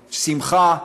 בשמחה,